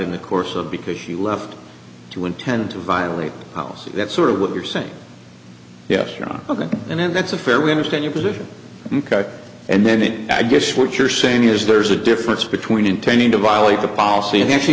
in the course of because she left to intend to violate policy that's sort of what you're saying yes ok and that's a fair we understand your position and then i guess what you're saying is there's a difference between intending to violate the policy of actually